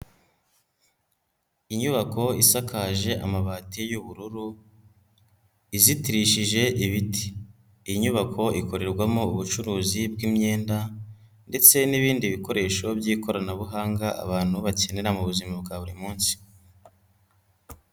Inyubako isakaje amabati y'ubururu, izitirishije ibiti, iyi nyubako ikorerwamo ubucuruzi bw'imyenda ndetse n'ibindi bikoresho by'ikoranabuhanga abantu bakenera mu buzima bwa buri munsi.